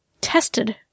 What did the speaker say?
tested